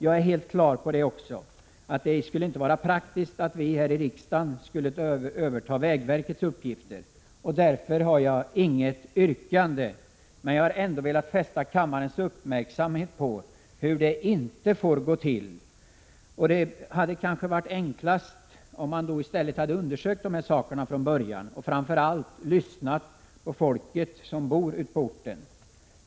Jag är också helt på det klara med att det inte skulle vara särskilt praktiskt att vi här i riksdagen tog över vägverkets uppgifter, och därför har jag inget yrkande. Men jag har ändå velat fästa kammarens uppmärksamhet på hur det inte får gå till. Det hade varit enklast om man hade undersökt de här sakerna från början — och framför allt lyssnat till folket som bor på orten.